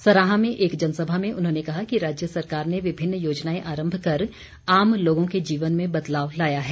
सराहां में एक जनसभा में उन्होंने कहा कि राज्य सरकार ने विभिन्न योजनाएं आरम्भ कर आम लोगों के जीवन में बदलाव लाया है